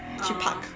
去 park